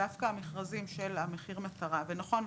דווקא המכרזים של מחיר מטרה ונכון,